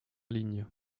ligne